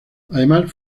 además